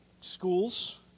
schools